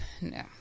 No